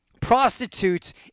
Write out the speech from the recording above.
prostitutes